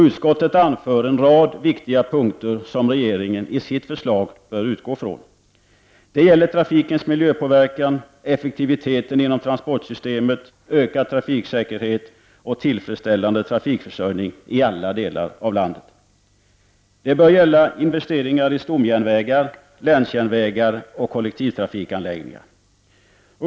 Utskottet anför en rad viktiga punkter som regeringen i sitt förslag bör utgå från. Det gäller trafikens miljöpåverkan, effektiviteten inom transportsystemet, ökad trafiksäkerhet och tillfredsställande trafikförsörjning i alla delar av landet. Det bör gälla investeringar i stomjärnvägar, länsjärnvägar och kollektivtrafikanläggningar.